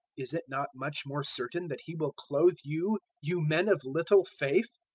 is it not much more certain that he will clothe you, you men of little faith?